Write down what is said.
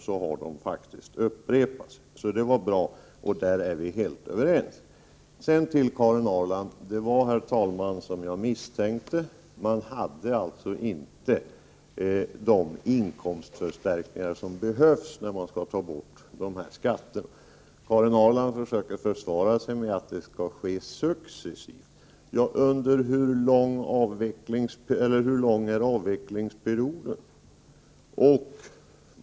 Det Knut Wachtmeister sade var alltså bra, och där är vi helt överens. Sedan vill jag vända mig till Karin Ahrland. Det var, herr talman, som jag misstänkte, man hade alltså inte de inkomstförstärkningar som behövs när man skall ta bort de här skatterna. Karin Ahrland försökte försvara sig med att det skall ske successivt. Hur lång är avvecklingsperioden?